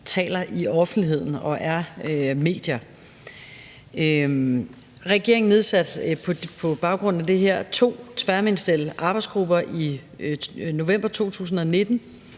taler i offentligheden og er medier. Regeringen nedsatte på baggrund af det her to tværministerielle arbejdsgrupper i november 2019.